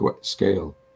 scale